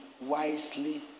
wisely